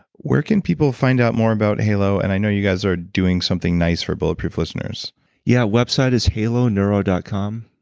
where can people find out more about halo. and i know you guys are doing something nice for bullet proof listeners yeah, website is haloneuro dot com.